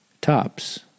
Tops